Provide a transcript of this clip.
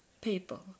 people